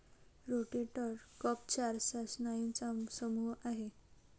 rotator cuff चार स्नायूंचा समूह आहे